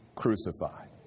crucified